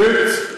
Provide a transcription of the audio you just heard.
ב.